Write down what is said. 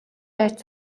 айж